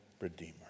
redeemer